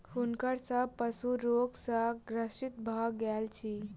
हुनकर सभ पशु रोग सॅ ग्रसित भ गेल छल